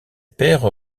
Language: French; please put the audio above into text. père